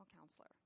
counselor